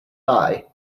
buy